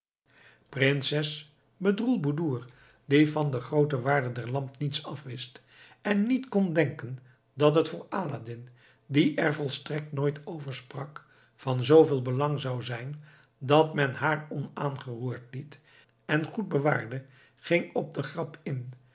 prinses bedroelboedoer die van de groote waarde der lamp niets afwist en niet kon denken dat het voor aladdin die er volstrekt nooit over sprak van zooveel belang zou zijn dat men haar onaangeroerd liet en goed bewaarde ging op de grap in